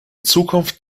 zukunft